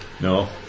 No